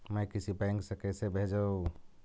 मैं किसी बैंक से कैसे भेजेऊ